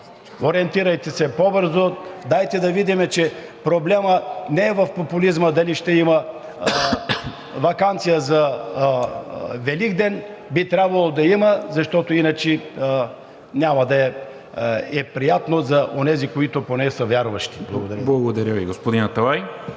ориентирайте се по-бързо. Дайте да видим, че проблемът не е в популизма дали ще има ваканция за Великден – би трябвало да има, защото иначе няма да е приятно за онези, които поне са вярващи. Благодаря Ви. (Ръкопляскания